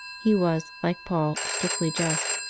he was, like paul, strictly just,